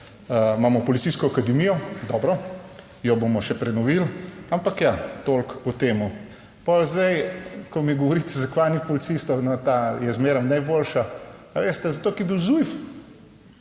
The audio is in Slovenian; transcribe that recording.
imamo policijsko akademijo. Dobro, jo bomo še prenovili, ampak ja, toliko o tem. Pol zdaj, ko mi govorite, zakva ni policistov, no, ta je zmeraj najboljša. A veste, zato ker je